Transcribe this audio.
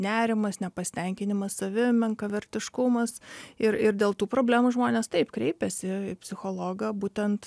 nerimas nepasitenkinimas savim menkavertiškumas ir ir dėl tų problemų žmonės taip kreipiasi į psichologą būtent